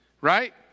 Right